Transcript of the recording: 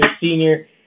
senior